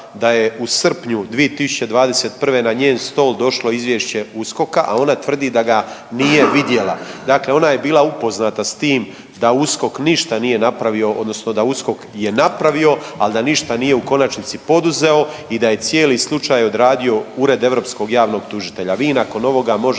u srpnju 2021. na njen stol došlo Izvješće USKOK-a, a ona tvrdi da ga nije vidjela. Dakle ona je bila upoznata s tim da USKOK ništa nije napravio odnosno da USKOK je napravio, ali da ništa nije u konačnici poduzeo i da je cijeli slučaj odradio Ured europskog javnog tužitelja.